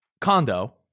condo